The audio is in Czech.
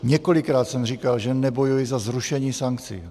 Několikrát jsem říkal, že nebojuji za zrušení sankcí.